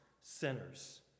sinners